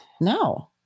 No